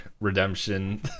Redemption